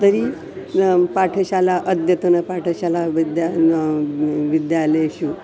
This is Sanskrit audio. तर्हि पाठशाला अद्यतन पाठशाला विद्या ना विद्यालयेषु